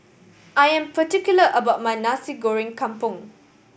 I am particular about my Nasi Goreng Kampung